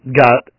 got